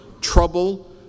trouble